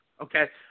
Okay